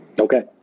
Okay